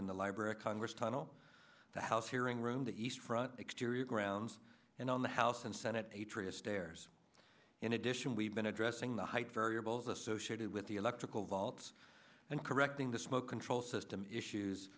in the library of congress tunnel the house hearing room the east front exterior grounds and on the house and senate a tree of stairs in addition we've been addressing the height variables associated with the electrical vaults and correcting the smoke control system issues